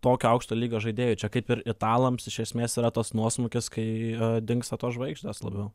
tokio aukšto lygio žaidėjų čia kaip ir italams iš esmės yra tas nuosmukis kai dingsta tos žvaigždės labiau